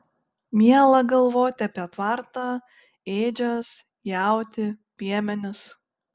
miela galvoti apie tvartą ėdžias jautį piemenis